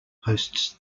hosts